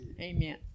Amen